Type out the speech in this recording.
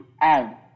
add